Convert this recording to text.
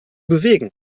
bewegen